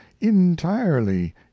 entirely